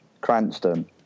cranston